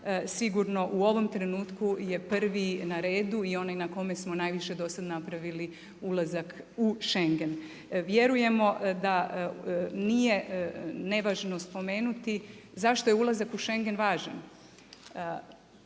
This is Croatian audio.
sigurno u ovom trenutku je prvi na redu, i onaj na kome se najviše do sad napravili, ulazak u Schengen. Vjerujemo da nije nevažno spomenuti zašto je ulazak u Schengen važan.